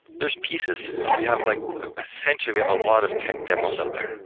there's pieces. so we have like essentially, we have a lot of tech demos out there.